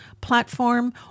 platform